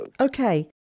Okay